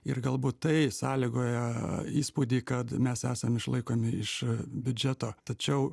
ir galbūt tai sąlygoja įspūdį kad mes esame išlaikomi iš biudžeto tačiau